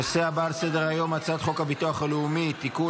הנושא הבא על סדר-היום הצעת חוק הביטוח הלאומי (תיקון,